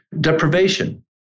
deprivation